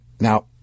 Now